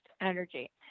energy